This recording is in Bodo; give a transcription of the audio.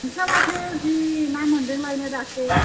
नोंसोरहा माथो जि ना मोनदों लायनो दाख्लै